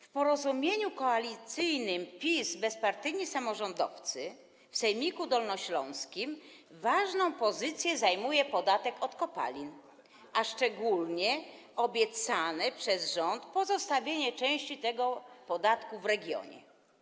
W porozumieniu koalicyjnym PiS - bezpartyjni samorządowcy w sejmiku dolnośląskim ważną pozycję zajmuje podatek od kopalin, a szczególnie obiecane przez rząd pozostawienie części tego podatku w regionie.